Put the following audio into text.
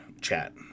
chat